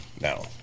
No